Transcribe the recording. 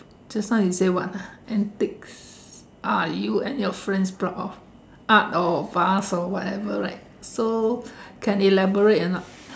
just now you say what ah antics are you and your friends proud of art or bath or whatever right so can elaborate or not